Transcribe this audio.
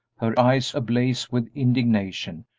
her eyes ablaze with indignation,